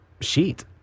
sheet